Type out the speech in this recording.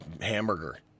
hamburger